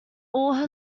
all